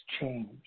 change